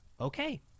Okay